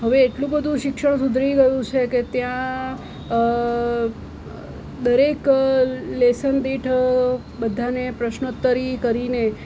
હવે એટલું બધું શિક્ષણ સુધરી ગયું છે કે ત્યાં દરેક લેસન દીઠ બધાને પ્રશ્નોતરી કરીને